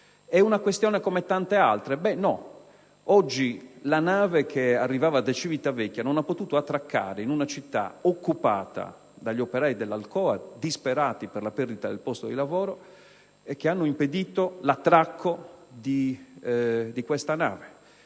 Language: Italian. è una questione come tante altre. No! Oggi la nave che arrivava da Civitavecchia non ha potuto attraccare a Cagliari perché occupata dagli operai dell'Alcoa, disperati per la perdita del posto di lavoro, che ne hanno impedito l'attracco. Analoghe